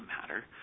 matter